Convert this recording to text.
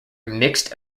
mixed